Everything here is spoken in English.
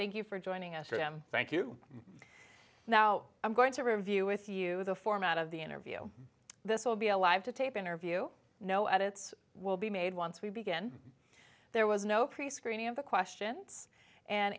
thank you for joining us them thank you now i'm going to review with you the format of the interview this will be a live to tape interview no edits will be made once we begin there was no prescreening of the questions and